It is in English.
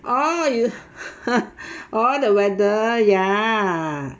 orh you orh the weather ya